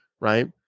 right